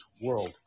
world